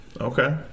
Okay